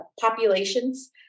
populations